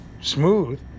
smooth